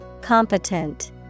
competent